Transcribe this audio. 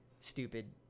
stupid